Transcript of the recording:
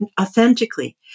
authentically